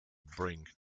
bring